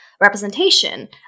representation